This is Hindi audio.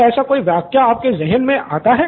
क्या ऐसा कोई वाक़या आपके ज़हन मे आता है